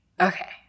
Okay